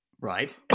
Right